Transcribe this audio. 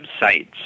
websites